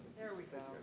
there we go.